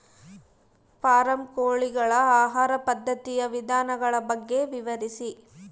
Form ಕೋಳಿಗಳ ಆಹಾರ ಪದ್ಧತಿಯ ವಿಧಾನಗಳ ಬಗ್ಗೆ ವಿವರಿಸಿ?